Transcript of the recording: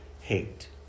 hate